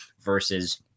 versus